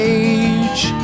age